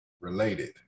related